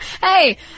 Hey